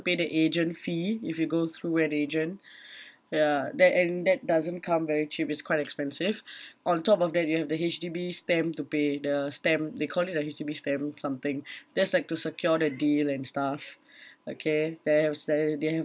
pay the agent fee if you go through an agent ya that and that doesn't come very cheap it's quite expensive on top of that you have the H_D_B stamp to pay the stamp they call it the H_D_B stamp something that's like to secure the deal and stuff okay they have stamp they have